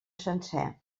sencer